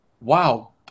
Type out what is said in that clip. wow